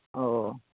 oh